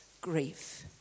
grief